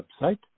website